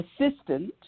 assistant